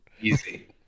easy